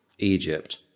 Egypt